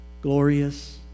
glorious